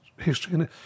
history